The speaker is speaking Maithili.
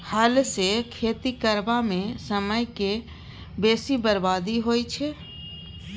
हल सँ खेती करबा मे समय केर बेसी बरबादी होइ छै